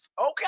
Okay